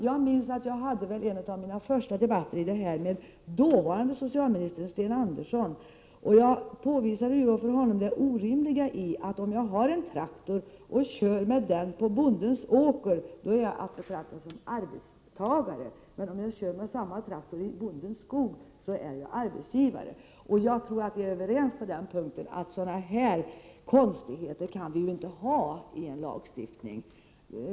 Jag minns att jag hade en av mina första debatter om detta med dåvarande socialministern Sten Andersson. Jag påvisade för honom det orimliga i att om jag har en traktor och kör med den på bondens åker så är jag att betrakta som arbetstagare, men om jag kör med samma traktor i bondens skog så är jag arbetsgivare. Jag tror att vi är överens på den punkten, att man inte kan ha sådana här konstigheter i en lagstiftning.